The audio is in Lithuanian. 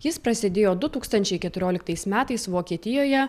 jis prasidėjo du tūkstančiai keturioliktais metais vokietijoje